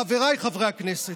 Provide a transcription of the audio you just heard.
חבריי חברי הכנסת,